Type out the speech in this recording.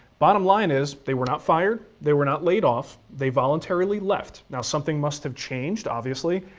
bottom line is, they were not fired, they were not laid off, they voluntarily left. now something must have changed, obviously.